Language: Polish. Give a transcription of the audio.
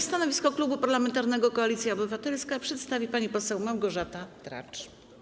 Stanowisko Klubu Parlamentarnego Koalicja Obywatelska przedstawi pani poseł Małgorzata Tracz.